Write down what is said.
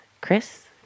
Chris